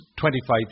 25